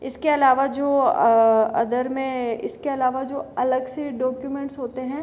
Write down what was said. इसके अलावा जो अदर में इसके अलावा जो अलग से डॉक्युमेंट्स होते हैं